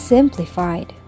Simplified